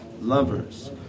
lovers